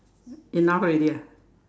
enough already ah